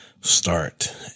Start